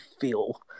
feel